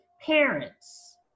Parents